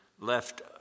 left